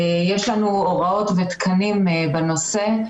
יש לנו הוראות ותקנים בנושא,